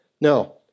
No